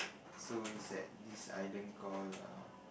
so it's at this island called err